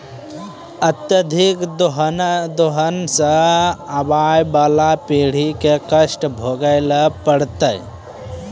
अत्यधिक दोहन सें आबय वाला पीढ़ी क कष्ट भोगै ल पड़तै